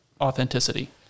authenticity